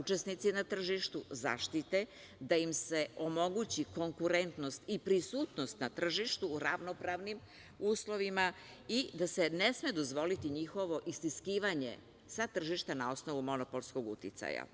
učesnici na tržištu zaštite, da im se omogući konkurentnost i prisutnost na tržištu u ravnopravnim uslovima i da se ne sme dozvoliti njihovo istiskivanje sa tržišta na osnovu monopolskog uticaja.